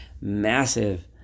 massive